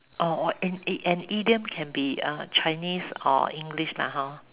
orh an an idiom can be err Chinese or English lah hor